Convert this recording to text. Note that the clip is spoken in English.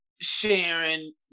Sharon